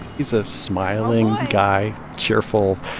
he's a smiling guy, cheerful.